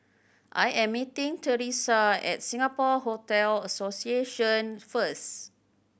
I am meeting Theresa at Singapore Hotel Association first